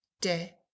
de